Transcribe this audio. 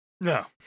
No